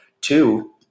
Two